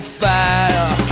fire